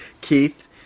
Keith